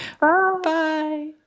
Bye